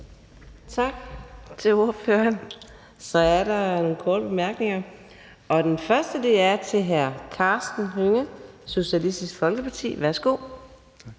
Tak til ministeren. Der en række korte bemærkninger. Den første er til hr. Karsten Hønge, Socialistisk Folkeparti. Værsgo. Kl.